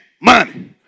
money